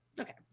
Okay